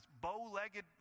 bow-legged